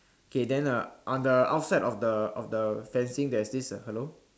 okay then uh on the outside of the of the fencing there's this a hello